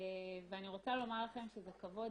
ואני רוצה לומר לכם שזה כבוד